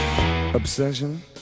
obsession